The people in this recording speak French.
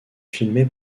filmé